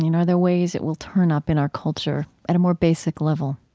you know are there ways it will turn up in our culture at a more basic level?